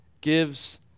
gives